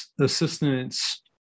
assistance